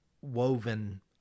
woven